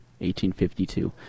1852